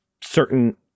certain